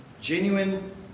Genuine